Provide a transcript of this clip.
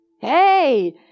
Hey